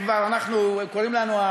קוראים לנו: